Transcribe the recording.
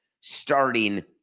starting